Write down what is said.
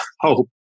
hope